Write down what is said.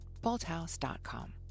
bolthouse.com